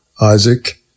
Isaac